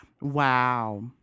Wow